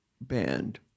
band